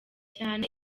cyane